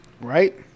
Right